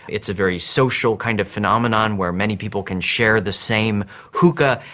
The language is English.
it's a very social kind of phenomenon where many people can share the same hookah.